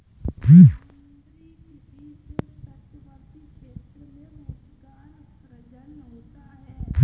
समुद्री किसी से तटवर्ती क्षेत्रों में रोजगार सृजन होता है